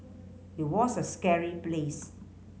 it was a scary place